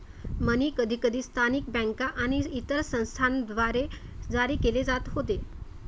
मनी कधीकधी स्थानिक बँका आणि इतर संस्थांद्वारे जारी केले जात होते